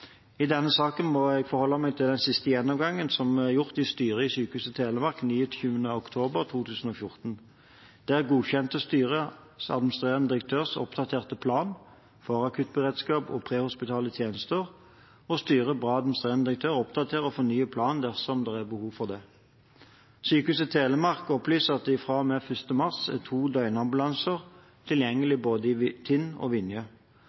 I denne saken må jeg forholde meg til den siste gjennomgangen som er gjort av styret i Sykehuset Telemark den 29. oktober 2014. Der godkjente styret administrerende direktørs oppdaterte plan for akuttberedskap og prehospitale tjenester, og styret ba administrerende direktør oppdatere og fornye planen dersom det er behov for det. Sykehuset Telemark opplyser at det fra og med 1. mars er to døgnambulanser tilgjengelig både i Tinn og i Vinje.